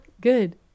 Good